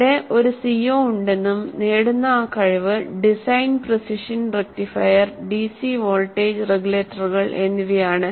ഇവിടെ ഒരു സിഒ ഉണ്ടെന്നും നേടുന്ന ആ കഴിവ് design precision rectifier DC voltage റെഗുലേറ്ററുകൾ എന്നിവയാണ്